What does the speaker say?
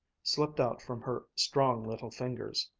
slipped out from her strong little fingers.